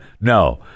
no